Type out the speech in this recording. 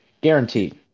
Guaranteed